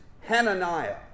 Hananiah